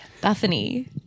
Bethany